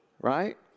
right